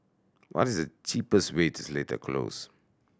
what is the cheapest way to Seletar Close